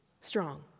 Strong